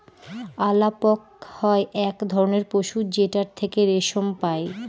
আলাপক হয় এক ধরনের পশু যেটার থেকে রেশম পাই